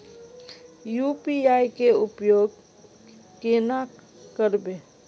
UPI के उपयोग केना करबे?